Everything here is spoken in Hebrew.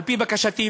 על-פי בקשתי,